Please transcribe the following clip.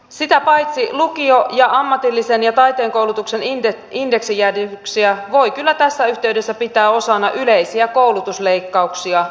sitä paitsi lukiokoulutuksen ja ammatillisen ja taiteen koulutuksen indeksijäädytyksiä voi kyllä tässä yhteydessä pitää osana yleisiä koulutusleikkauksia